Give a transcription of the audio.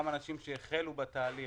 גם אנשים שהחלו בתהליך,